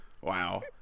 wow